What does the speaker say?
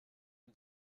und